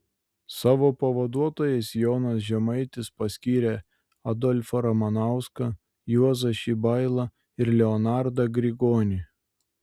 savo pavaduotojais jonas žemaitis paskyrė adolfą ramanauską juozą šibailą ir leonardą grigonį